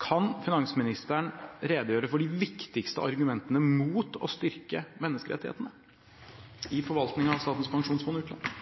Kan finansministeren redegjøre for de viktigste argumentene mot å styrke menneskerettighetene i forvaltningen av Statens pensjonsfond utland?